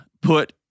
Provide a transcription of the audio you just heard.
put